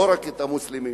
לא רק את המוסלמים,